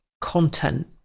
content